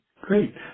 Great